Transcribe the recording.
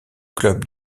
club